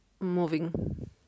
moving